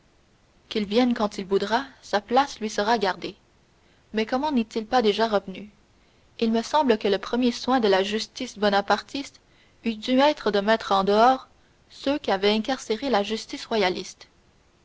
qu'il vienne quand il voudra sa place lui sera gardée mais comment n'est-il pas déjà revenu il me semble que le premier soin de la justice bonapartiste eût dû être de mettre dehors ceux qu'avait incarcérés la justice royaliste